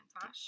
Tosh